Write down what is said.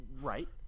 Right